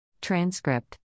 Transcript